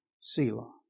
Selah